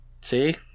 See